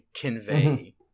convey